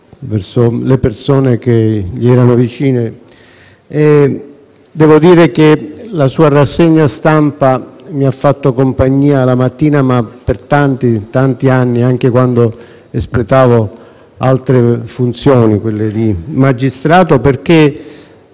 le persone che erano vicine a Massimo Bordin. La sua rassegna stampa mi ha fatto compagnia la mattina per tanti anni, anche quando espletavo altre funzioni, quelle di magistrato, perché